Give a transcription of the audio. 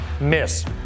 miss